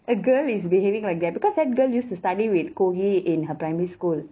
a girl is behaving like that because that girl used to study with kogi in her primary school